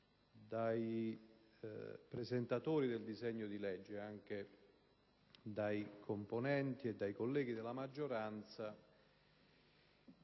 nei presentatori del disegno di legge, nonché nei componenti e colleghi della maggioranza,